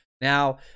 Now